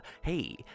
hey